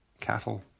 cattle